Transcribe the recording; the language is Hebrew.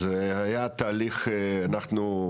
זה היה תהליך, אנחנו,